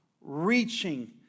reaching